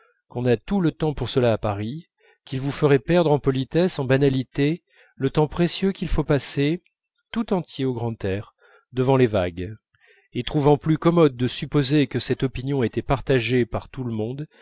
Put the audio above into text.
qu'on a tout le temps pour cela à paris qu'ils vous feraient perdre en politesses en banalités le temps précieux qu'il faut passer tout entier au grand air devant les vagues et trouvant plus commode de supposer que cette opinion était partagée par tout le monde